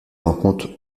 rencontres